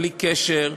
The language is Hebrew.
בלי קשר,